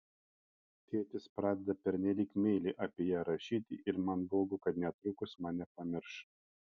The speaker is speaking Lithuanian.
tėtis pradeda pernelyg meiliai apie ją rašyti ir man baugu kad netrukus mane pamirš